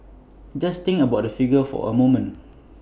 just think about that figure for A moment